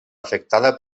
afectada